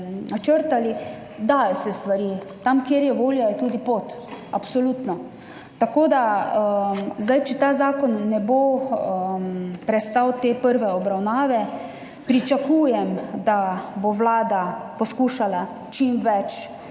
Stvari se dajo, tam, kjer je volja, je tudi pot, absolutno. Če ta zakon ne bo prestal te prve obravnave, pričakujem, da bo Vlada poskušala čim več